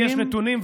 יש נתונים,